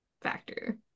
factor